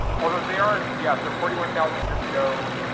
although they are yeah. so forty one thousand years ago,